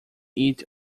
eat